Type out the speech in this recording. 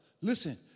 listen